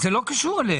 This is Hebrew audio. אז זה לא קשור אליהם.